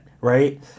right